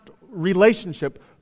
relationship